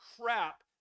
crap